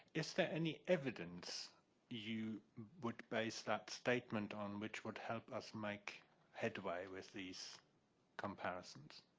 is there any evidence you would base that statement on, which would help us make headway with these comparisons?